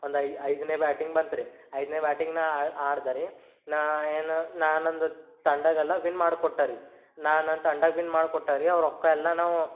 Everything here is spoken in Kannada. ಒಂದು ಐದನೇ ಬ್ಯಾಟಿಂಗ್ ಬಂತು ರಿ ಐದನೇ ಬ್ಯಾಟಿಂಗ್ ನಾ ಆಡಿದೆರಿ ನಾ ಏನು ನಾನೊಂದು ತಂಡಗಲ್ಲ ವಿನ್ ಮಾಡಿ ಕೊಟ್ಟೆ ರಿ ನಾನು ತಂಡ ವಿನ್ ಮಾಡಿ ಕೊಟ್ಟೆ ರಿ ಅವು ರೊಕ್ಕ ಎಲ್ಲ ನಾವು